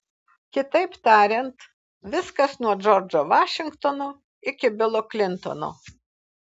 kitaip tariant viskas nuo džordžo vašingtono iki bilo klintono